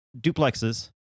duplexes